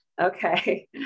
okay